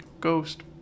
ghost